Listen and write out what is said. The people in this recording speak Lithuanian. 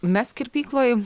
mes kirpykloj